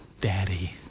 Daddy